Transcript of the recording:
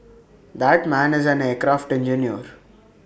that man is an aircraft engineer